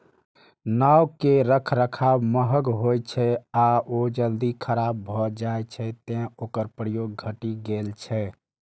नाव के रखरखाव महग होइ छै आ ओ जल्दी खराब भए जाइ छै, तें ओकर प्रयोग घटि गेल छै